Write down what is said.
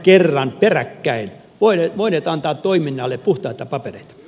kerran peräkkäin voineet antaa toiminnalle puhtaita papereita